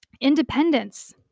independence